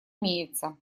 имеется